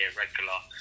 regular